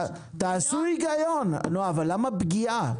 תעשו היגיון, אבל למה פגיעה?